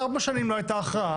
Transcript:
ארבע שנים לא הייתה הכרעה.